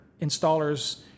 installers